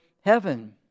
heaven